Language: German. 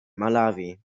malawi